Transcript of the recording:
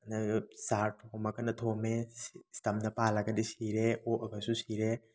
ꯆꯥꯔ ꯊꯣꯝꯃꯒꯅ ꯊꯣꯝꯃꯦ ꯏꯁꯇꯝꯗ ꯄꯥꯜꯂꯒꯗꯤ ꯁꯤꯔꯦ ꯑꯣꯛꯑꯒꯁꯨ ꯁꯤꯔꯦ